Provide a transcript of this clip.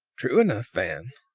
true enough, van.